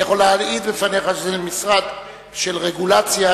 אני יכול להעיד בפניך שזה משרד של רגולציה,